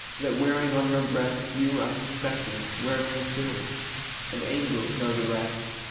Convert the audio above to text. that wearing on your breast, you, unsuspecting, wear me too and angels know the rest.